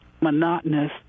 monotonous